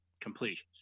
completions